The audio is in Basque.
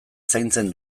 zaintzen